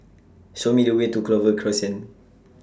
Show Me The Way to Clover Crescent